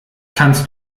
kannst